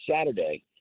Saturday